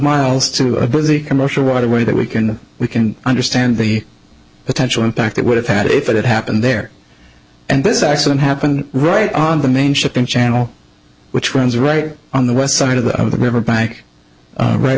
miles to a busy commercial waterway that we can we can understand the potential impact that would have had if it happened there and this accident happened right on the main shipping channel which runs right on the west side of the river bank right